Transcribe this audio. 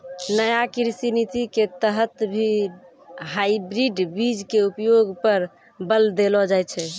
नया कृषि नीति के तहत भी हाइब्रिड बीज के उपयोग पर बल देलो जाय छै